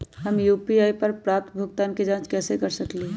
हम यू.पी.आई पर प्राप्त भुगतान के जाँच कैसे कर सकली ह?